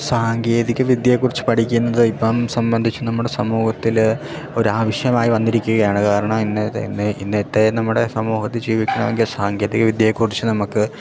സാങ്കേതിക വിദ്യയെക്കുറിച്ച് പഠിക്കുന്നത് ഇപ്പം സംബന്ധിച്ച് നമ്മുടെ സമൂഹത്തിൽ ഒരാവശ്യമായി വന്നിരിക്കുകയാണ് കാരണം ഇന്നത്തെ ഇന്നത്തെ നമ്മുടെ സമൂഹത്ത് ജീവിക്കണമെങ്കിൽ സാങ്കേതിക വിദ്യയെക്കുറിച്ച് നമുക്ക്